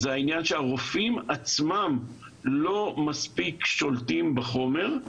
והוא שהרופאים עצמם לא מספיק שולטים בחומר.